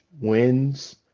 wins